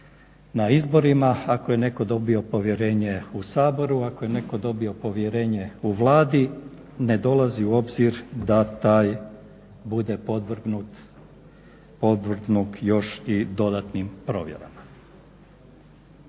na izborima, ako je neko dobio povjerenje u Saboru, ako je neko dobio povjerenje u Vladi, ne dolazi u obzir da taj bude podvrgnut još i dodatnim provjerama.